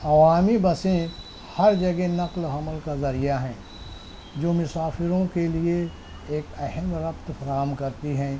عوامی بسیں ہر جگہ نقل و حمل کا ذریعہ ہیں جو مسافروں کے لیے ایک اہم ربط فراہم کرتی ہیں